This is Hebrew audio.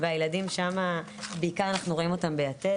והילדים שם בעיקר אנחנו רואים אותם ביתד,